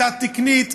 כיתה תקנית,